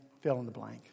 fill-in-the-blank